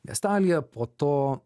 miestelyje po to